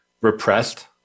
repressed